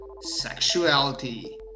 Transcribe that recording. sexuality